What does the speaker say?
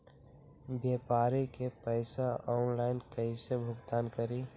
व्यापारी के पैसा ऑनलाइन कईसे भुगतान करी?